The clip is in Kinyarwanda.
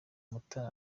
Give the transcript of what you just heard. mutara